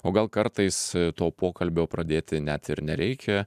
o gal kartais to pokalbio pradėti net ir nereikia